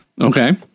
Okay